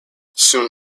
soon